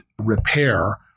repair